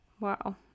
Wow